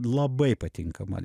labai patinka man